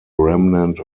remnant